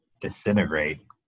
disintegrate